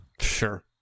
Sure